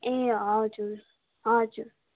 ए हजुर हजुर